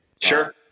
Sure